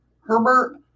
Herbert